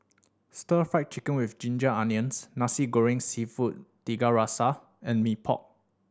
Stir Fried Chicken With Ginger Onions Nasi Goreng Seafood Tiga Rasa and Mee Pok